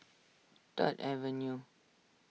Third Avenue